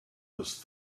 was